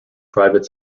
private